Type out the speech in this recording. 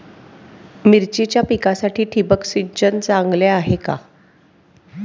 मिरचीच्या पिकासाठी ठिबक सिंचन चांगले आहे का?